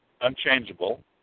unchangeable